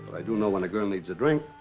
i do know when a girl needs a drink.